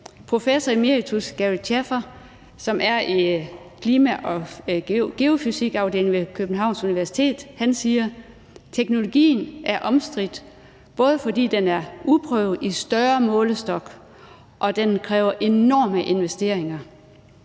Professor emeritus Gary Shaffer, som er i Is, Klima og Geofysik-afdelingen ved Københavns Universitet, siger, at teknologien er omstridt, »både fordi den er uprøvet i større målestok, og fordi den kræver enorme investeringer«.